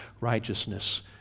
righteousness